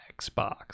Xbox